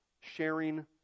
sharing